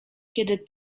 kiedy